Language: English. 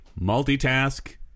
multitask